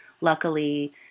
luckily